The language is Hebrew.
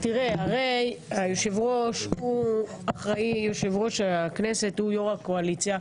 הרי יושב-ראש ועדת הכנסת הוא יו"ר הקואליציה,